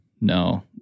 no